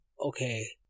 okay